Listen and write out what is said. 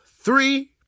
three